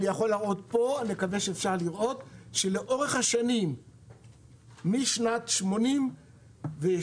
אני יכול להראות פה שלאורך השנים משנת 1982 1983